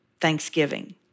Thanksgiving